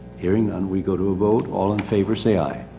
hearing none we go to a vote, all in favor say aye.